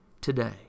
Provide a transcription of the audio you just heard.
today